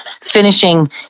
finishing